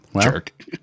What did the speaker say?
Jerk